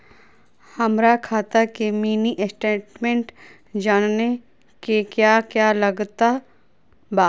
हमरा खाता के मिनी स्टेटमेंट जानने के क्या क्या लागत बा?